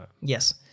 yes